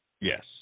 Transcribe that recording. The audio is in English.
Yes